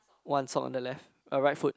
one's on the left uh right foot